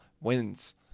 wins